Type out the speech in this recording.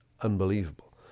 unbelievable